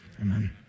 Amen